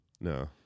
No